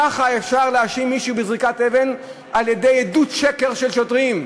ככה אפשר להאשים מישהו בזריקת אבן: על-ידי עדות שקר של שוטרים.